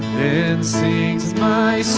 then sings my